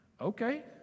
Okay